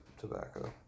tobacco